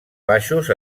baixos